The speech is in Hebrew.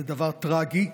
זה דבר טרגי,